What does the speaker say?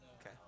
Okay